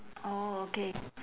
orh okay